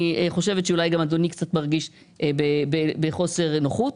ואני חושבת שאולי גם אדוני קצת מרגיש בחוסר נוחות.